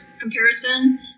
comparison